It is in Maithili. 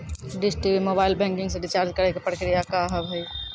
डिश टी.वी मोबाइल बैंकिंग से रिचार्ज करे के प्रक्रिया का हाव हई?